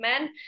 men